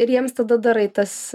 ir jiems tada darai tas